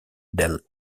del